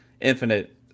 infinite